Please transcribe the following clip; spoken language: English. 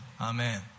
Amen